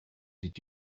did